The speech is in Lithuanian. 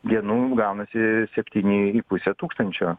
dienų gaunasi septyni pusę tūkstančio